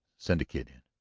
send the kid in.